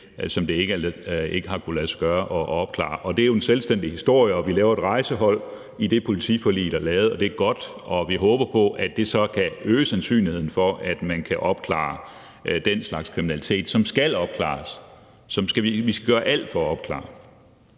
som det ikke har kunnet lade sig gøre at opklare. Det er jo en selvstændig historie. Vi laver et rejsehold i det politiforlig, der er lavet, og det er godt. Vi håber på, at det så kan øge sandsynligheden for, at man kan opklare den slags kriminalitet, som skal opklares; som vi skal gøre alt for at opklare.